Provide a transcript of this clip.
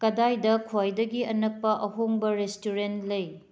ꯀꯗꯥꯏꯗ ꯈ꯭ꯋꯥꯏꯗꯒꯤ ꯑꯅꯛꯄ ꯑꯍꯣꯡꯕ ꯔꯦꯁꯇꯨꯔꯦꯟ ꯂꯩ